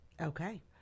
Okay